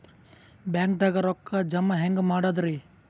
ಬ್ಯಾಂಕ್ದಾಗ ರೊಕ್ಕ ಜಮ ಹೆಂಗ್ ಮಾಡದ್ರಿ?